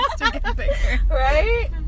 right